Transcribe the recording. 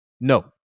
no